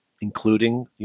including